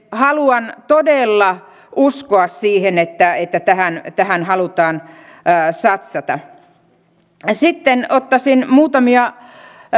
haluan todella uskoa siihen että että tähän tähän halutaan satsata sitten ottaisin muutamia